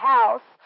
House